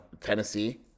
Tennessee